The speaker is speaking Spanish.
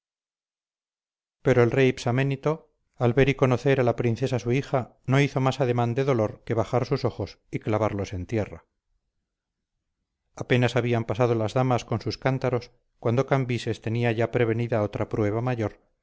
pero el rey psaménito al ver y conocer a la princesa su hija no hizo más ademán de dolor que bajar sus ojos y clavarlos en tierra apenas habían pasado las damas con sus cántaros cuando cambises tenía ya prevenida otra prueba mayor